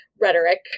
rhetoric